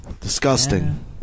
Disgusting